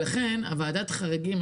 לכן ועדת חריגים,